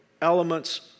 Elements